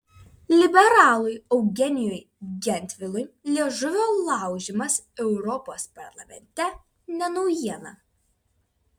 liberalui eugenijui gentvilui liežuvio laužymas europos parlamente ne naujiena